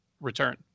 return